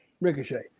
Ricochet